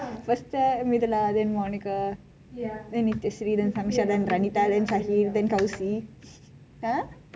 first mithuna than monica then nityashree then samyuksha then vanitha then kousi !huh!